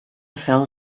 fell